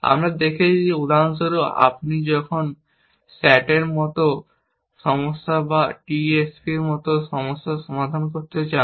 আমরা দেখেছি উদাহরণ স্বরূপ আপনি যখন SAT এর মতো সমস্যা বা TSP এর মতো সমস্যার সমাধান করতে চান